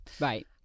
Right